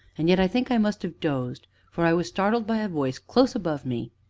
and yet i think i must have dozed, for i was startled by a voice close above me,